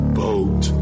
boat